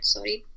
Sorry